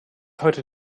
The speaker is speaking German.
heute